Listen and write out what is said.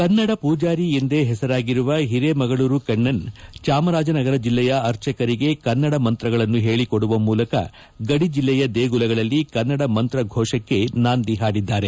ಕನ್ನಡ ಪೂಜಾರಿ ಎಂದೇ ಹೆಸರಾಗಿರುವ ಹಿರೇಮಗಳೂರು ಕಣ್ಣನ್ ಚಾಮರಾಜನಗರ ಜಿಲ್ಲೆಯ ಅರ್ಚಕರಿಗೆ ಕನ್ನಡ ಮಂತ್ರಗಳನ್ನು ಹೇಳಿಕೊಡುವ ಮೂಲಕ ಗಡಿಜಿಲ್ಲೆಯ ದೇಗುಲಗಳಲ್ಲಿ ಕನ್ನಡ ಮಂತ್ರಘೋಷಕ್ಕೆ ನಾಂದಿ ಹಾಡಿದ್ದಾರೆ